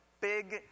big